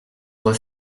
voix